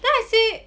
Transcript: then I say